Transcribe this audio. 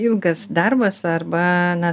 ilgas darbas arba na